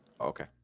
Okay